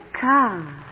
car